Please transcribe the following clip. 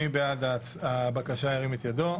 מי בעד הבקשה, ירים את ידו.